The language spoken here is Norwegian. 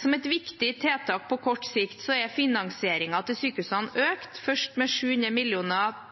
Som et viktig tiltak på kort sikt er finansieringen til sykehusene økt, først med 700